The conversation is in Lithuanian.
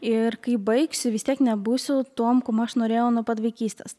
ir kai baigsiu vis tiek nebūsiu tuom kuom aš norėjau nuo pat vaikystės